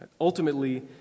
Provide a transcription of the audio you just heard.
Ultimately